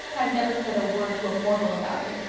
i've never said a word to a mortal about it,